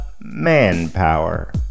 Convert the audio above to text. manpower